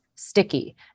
sticky